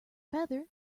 feather